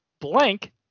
blank